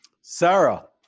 Sarah